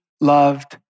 loved